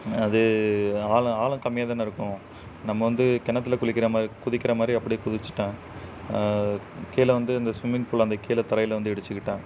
அது ஆழம் ஆழம் கம்மியாக தானே இருக்கும் நம்ம வந்து கிணத்துல குளிக்கிற மாதிரி குதிக்கிற மாதிரி அப்படியே குதிச்சிட்டேன் கீழே வந்து இந்த ஸ்விம்மிங் பூல் அந்த கீழே தரையில் வந்து இடிச்சிக்கிட்டேன்